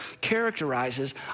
characterizes